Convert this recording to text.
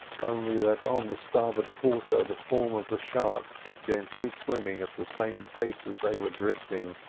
only that on the starboard quarter the form of the shark, gently swimming at the same pace as they were drifting,